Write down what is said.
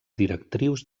directrius